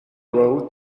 wrote